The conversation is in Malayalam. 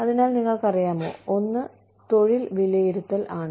അതിനാൽ നിങ്ങൾക്കറിയാമോ ഒന്ന് തൊഴിൽ വിലയിരുത്തൽ ആണ്